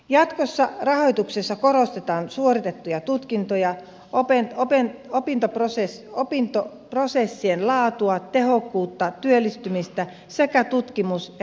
jatkossa rahoituksessa korostetaan suoritettuja tutkintoja opintoprosessien laatua tehokkuutta työllistymistä sekä tutkimus ja kehittämistoimintaa